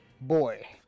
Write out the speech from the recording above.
boy